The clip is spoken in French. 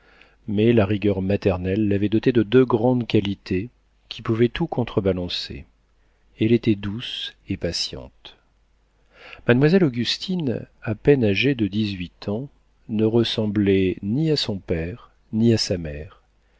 mais la rigueur maternelle l'avait dotée de deux grandes qualités qui pouvaient tout contre-balancer elle était douce et patiente mademoiselle augustine à peine âgée de dix-huit ans ne ressemblait ni à son père ni à sa mère